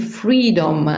freedom